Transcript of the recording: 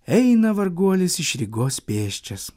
eina varguolis iš rygos pėsčias